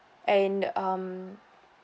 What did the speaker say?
and um